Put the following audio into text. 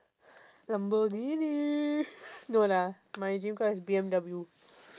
lamborghini no lah my dream car is B_M_W